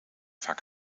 vaak